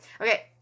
Okay